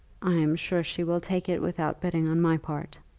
i am sure she will take it without bidding on my part.